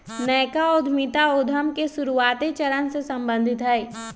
नयका उद्यमिता उद्यम के शुरुआते चरण से सम्बंधित हइ